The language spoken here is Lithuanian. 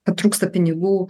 trūksta pinigų